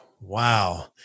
Wow